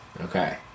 okay